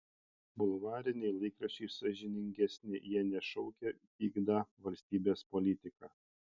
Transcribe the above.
bulvariniai laikraščiai sąžiningesni jie nešaukia vykdą valstybės politiką